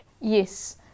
Yes